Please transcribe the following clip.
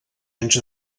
anys